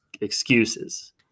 excuses